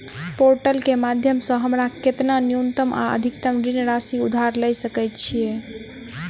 Portal केँ माध्यम सऽ हमरा केतना न्यूनतम आ अधिकतम ऋण राशि उधार ले सकै छीयै?